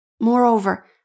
Moreover